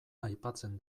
aipatzen